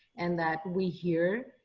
and that we here,